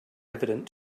evident